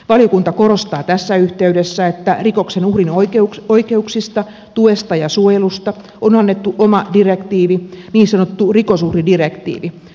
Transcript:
valiokunta korostaa tässä yhteydessä että rikoksen uhrin oikeuksista tuesta ja suojelusta on annettu oma direktiivi niin sanottu rikosuhridirektiivi